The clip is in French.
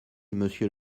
monsieur